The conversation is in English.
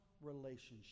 relationship